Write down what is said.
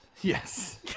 Yes